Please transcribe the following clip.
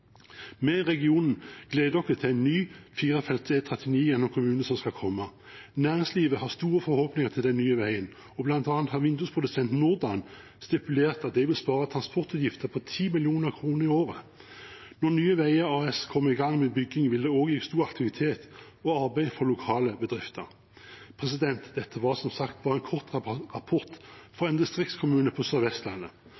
regionen gleder oss til at det skal komme en ny firefelts E39 gjennom kommunen. Næringslivet har store forhåpninger til den nye veien. Blant annet har vindusprodusenten NorDan stipulert at de vil spare transportutgifter på 10 mill. kr i året. Når Nye Veier AS kommer i gang med byggingen, vil det også gi stor aktivitet og arbeid for lokale bedrifter. Dette var, som sagt, bare en kort rapport